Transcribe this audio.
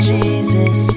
Jesus